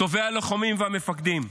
טובי הלוחמים והמפקדים.